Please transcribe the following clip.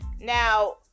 now